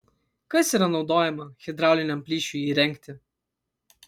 kas yra naudojama hidrauliniam plyšiui įrengti